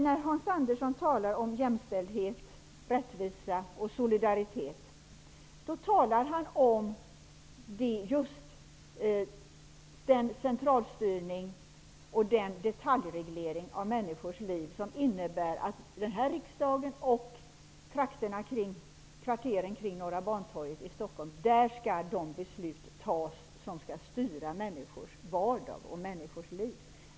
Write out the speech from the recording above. När Hans Andersson talar om jämställdhet, rättvisa och solidaritet, talar han om just den centralstyrning och den detaljreglering av människors liv som innebär att det är i riksdagen och i kvarteren kring Norra Bantorget i Stockholm som beslut tas som skall styra människors vardag och människors liv.